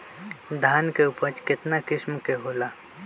धान के उपज केतना किस्म के होला?